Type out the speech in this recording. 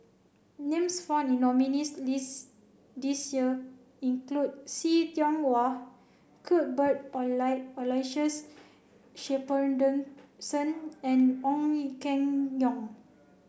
names found in nominees' list this year include See Tiong Wah Cuthbert Aloysius and Ong Keng Yong